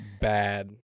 bad